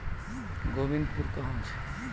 नाशपाती अंगूर इ सभ के गाछो के छट्टैय्या करलो जाय छै